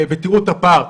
תראו את הפער.